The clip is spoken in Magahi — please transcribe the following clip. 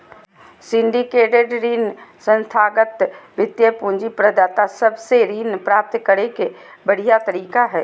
सिंडिकेटेड ऋण संस्थागत वित्तीय पूंजी प्रदाता सब से ऋण प्राप्त करे के बढ़िया तरीका हय